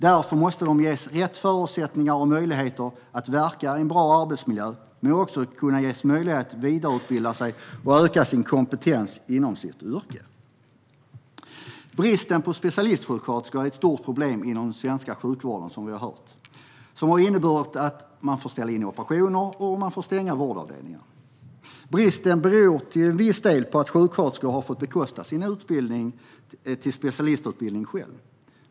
Därför måste de ges rätt förutsättningar och möjligheter att verka i en bra arbetsmiljö men också ges möjligheter att vidareutbilda sig och öka sin kompetens inom sitt yrke. Bristen på specialistsjuksköterskor är som vi har hört ett stort problem inom den svenska sjukvården. Det har inneburit att man får ställa in operationer och stänga vårdavdelningar. Bristen beror till viss del på att sjuksköterskor har fått bekosta sin specialistutbildning själva.